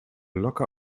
locker